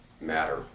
matter